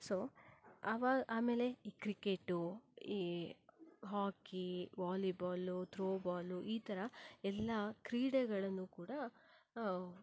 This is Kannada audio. ಸೊ ಆವಾ ಆಮೇಲೆ ಈ ಕ್ರಿಕೆಟ್ ಈ ಹಾಕಿ ವಾಲಿಬಾಲ್ ತ್ರೋಬಾಲ್ ಈ ಥರ ಎಲ್ಲ ಕ್ರೀಡೆಗಳನ್ನು ಕೂಡ